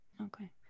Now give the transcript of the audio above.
Okay